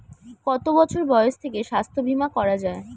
কত বছর বয়স থেকে স্বাস্থ্যবীমা করা য়ায়?